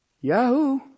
Yahoo